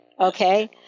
Okay